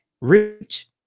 Reach